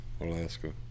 Alaska